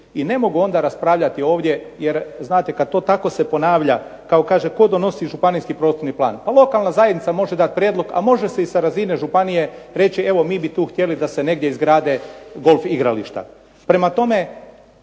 i ne mogu onda raspravljati ovdje. Jer znate, kad to tako se ponavlja kao kaže tko donosi županijski prostorni plan. Pa lokalna zajednica može dati prijedlog, a može se i sa razine županije reći evo mi bi tu htjeli da se negdje izgrade golf igrališta. Prema tome,